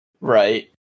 Right